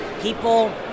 people